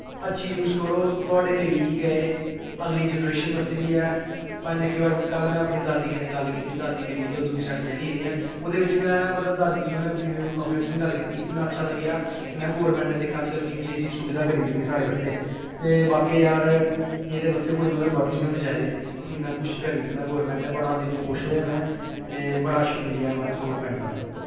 अच्छी यूज़ करो तोहाड़े लेई गै एह् अगली जनरेशन बास्तै बी ऐ कल में अपनी दादी कन्नैं गल्ल कीती ऐ दादी मेरी दूई साईड चली गेदी ऐ ते उनैं वीडियो कांप्रैंसिंग च गल्ल कीती इन्ना अच्छा लग्गेआ कि महैं दिक्ख गोरमैंट नै किन्नी स्हेई स्हेई सुविधा करी दित्ती दी ऐ साढ़ै बास्तै ते बाकी एह्दे बास्तै मतलव यार कोई बी वर्डज नी होनें चाही दे कि इन्ना कुश करी दित्ता गा ऐ गौरमैंट नै इन्ना दिलों खुश होया में ते बड़ा शुक्रिया मारज़ गौरमैंट दा